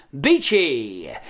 Beachy